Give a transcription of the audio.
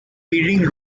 leading